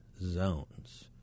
zones